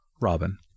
Robin